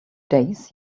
days